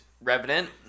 Revenant